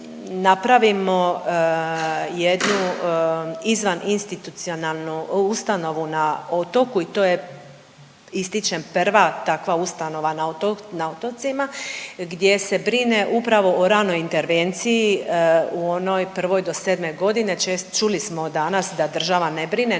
napravimo jednu izvaninstitucionalnu ustanovu na otoku i to je ističem prva takva ustanova na otocima gdje se brine upravo o ranoj intervenciji u onoj prvoj do sedme godine. Čes… čuli smo i danas da država ne brine,